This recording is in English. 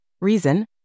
reason